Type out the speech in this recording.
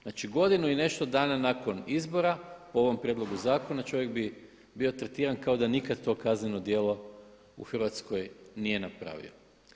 Znači godinu i nešto dana nakon izbora po ovom prijedlogu zakona čovjek bi bio tretiran kao da nikad to kazneno djelo u Hrvatskoj nije napravio.